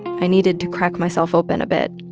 i needed to crack myself open a bit,